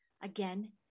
Again